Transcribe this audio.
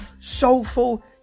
Soulful